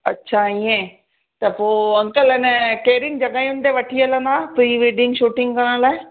अछा ईएं त पोइ अंकल अन कहिड़ियूं जॻहियुनि ते वठी हलंदा प्रीविडिंग शूटिंग करण लाइ